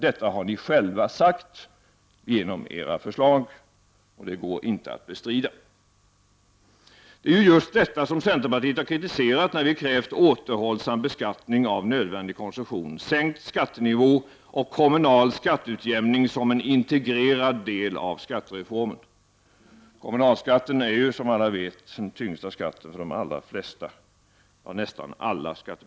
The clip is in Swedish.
Det har ni själva sagt genom era förslag, och det går inte att bestrida. Det är ju just detta centerpartiet kritiserat när vi krävt återhållsam beskattning av nödvändig konsumtion, sänkt skattenivå och kommunal skatteutjämning som en integrerad del av skattereformen. Kommunalskatten är, som alla vet, den tyngsta skatten för de allra flesta.